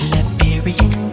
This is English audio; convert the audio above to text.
Liberian